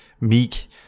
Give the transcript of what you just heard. meek